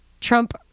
Trump